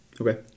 Okay